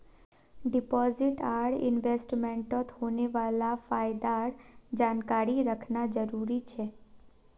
deposit आर इन्वेस्टमेंटत होने वाला फायदार जानकारी रखना जरुरी छे